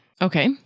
Okay